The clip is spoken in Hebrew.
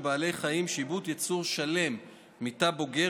בבעלי חיים שיבוט יצור שלם מתא בוגר